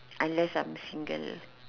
unless I'm single